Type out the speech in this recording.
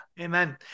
Amen